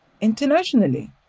internationally